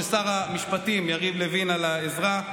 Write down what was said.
לשר המשפטים יריב לוין על העזרה,